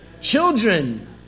Children